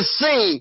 see